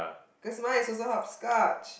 cause mine is also horoscope